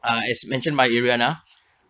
uh as mentioned by ariana